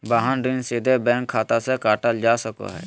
वाहन ऋण सीधे बैंक खाता से काटल जा सको हय